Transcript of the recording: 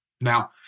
Now